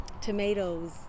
tomatoes